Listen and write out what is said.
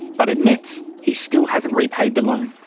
but admits he still hasn't repaid the loan.